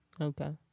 Okay